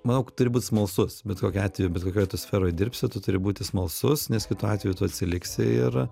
manau turi būt smalsus bet kokiu atveju bet kokioj tu sferoj dirbsi tu turi būti smalsus nes kitu atveju tu atsiliksi ir